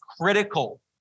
critical